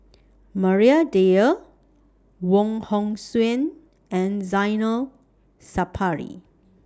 Maria Dyer Wong Hong Suen and Zainal Sapari